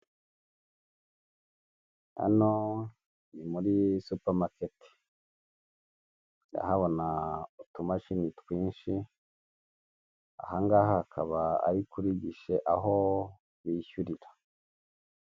Hano ni muri supamaketi. Ndahabona utumashini twinshi, aha ngaha hakaba ari kuri gishe, aho bishyurira.